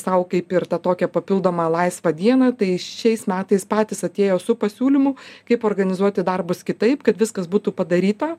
sau kaip ir tą tokią papildomą laisvą dieną tai šiais metais patys atėjo su pasiūlymu kaip organizuoti darbus kitaip kad viskas būtų padaryta